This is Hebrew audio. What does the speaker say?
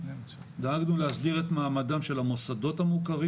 דאגנו להסדיר את מעמדם של המוסדות המוכרים